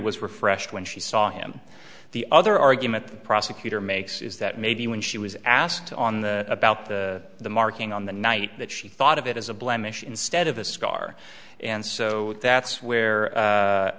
was refresh when she saw him the other argument the prosecutor makes is that maybe when she was asked on the about the marking on the night that she thought of it as a blemish instead of a scar and so that's where